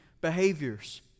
behaviors